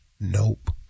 Nope